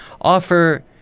offer